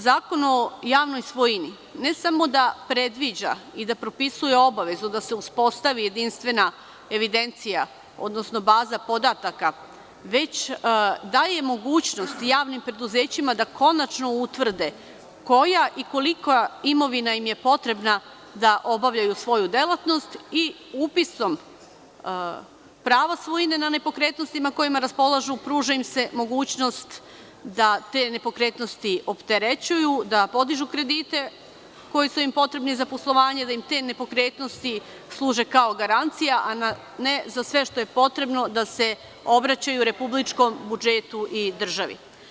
Zakon o javnoj svojini ne samo da predviđa i da propisuje obavezu da se uspostavi jedinstvena evidencija, odnosno baza podataka, već daje mogućnost i javnim preduzećima da konačno utvrde koja i kolika imovina im je potrebna da obavljaju svoju delatnost i upisom prava svojine na nepokretnostima kojima raspolažu, pruža im se mogućnost da te nepokretnosti opterećuju, da podižu kredite koji su im potrebni za poslovanje, da im te nepokretnosti služe kao garancija, a ne za sve što je potrebno da se obraćaju republičkom budžetu i državi.